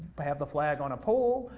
but have the flag on a pole,